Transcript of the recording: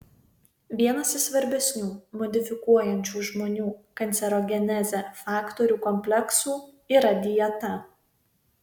vienas iš svarbesnių modifikuojančių žmonių kancerogenezę faktorių kompleksų yra dieta